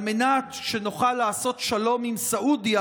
על מנת שנוכל לעשות שלום עם סעודיה,